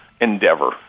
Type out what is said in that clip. endeavor